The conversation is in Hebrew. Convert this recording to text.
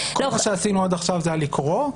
כל מה שעשינו עד עכשיו זה היה לקרוא?